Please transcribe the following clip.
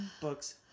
Books